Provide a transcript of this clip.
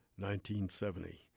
1970